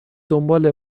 دنبال